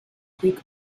greek